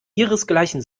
ihresgleichen